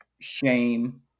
shame